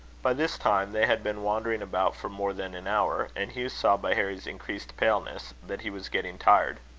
by this time they had been wandering about for more than an hour and hugh saw, by harry's increased paleness, that he was getting tired.